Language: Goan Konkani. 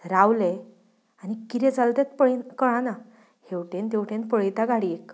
रावलें आनी कितें जाल तेंत पळयन कळाना हेवटेन तेवटेन पळयता गाडयेक